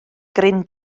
gryn